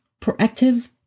Proactive